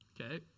Okay